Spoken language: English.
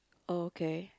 okay